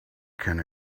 can